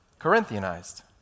Corinthianized